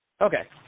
Okay